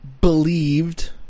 believed